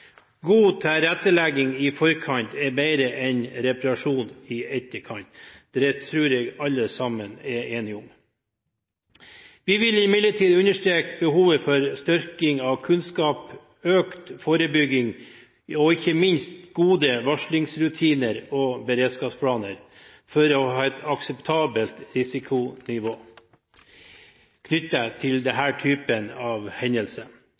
God tilrettelegging i forkant er bedre enn reparasjoner i etterkant. Det tror jeg alle sammen er enige om. Vi vil imidlertid understreke behovet for styrket kunnskap, økt forebygging og ikke minst gode varslingsrutiner og beredskapsplaner for å ha et akseptabelt risikonivå knyttet til